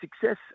success